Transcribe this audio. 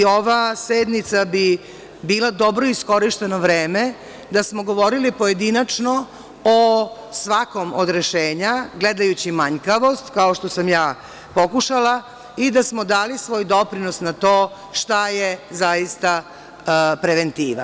Ova sednica bi bila dobro iskorišćeno vreme da smo govorili pojedinačno o svakom od rešenja gledajući manjkavost kao što sam ja pokušala i da smo dali svoj doprinos na to šta je zaista preventiva?